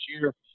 year